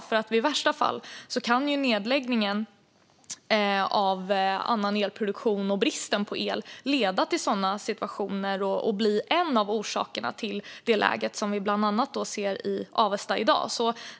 I värsta fall kan ju nedläggningen av annan elproduktion och bristen på el leda till sådana situationer och bli en av orsakerna till det läge som vi bland annat ser i Avesta i dag. Fru talman!